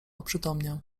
oprzytomniał